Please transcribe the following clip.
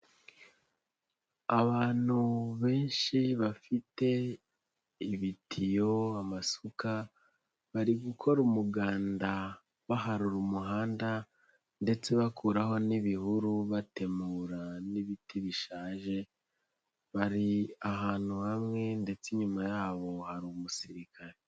Abantu benshi bafite ibitiyo, amasuka, bari gukora umuganda baharura umuhanda ndetse bakuraho n'ibihuru batemura n'ibiti bishaje, bari ahantu hamwe ndetse inyuma yabo hari umusirikare.